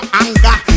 anger